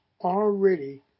already